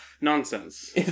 nonsense